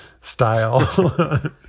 style